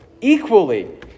equally